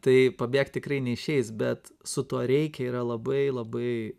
tai pabėgti tikrai neišeis bet su tuo reikia yra labai labai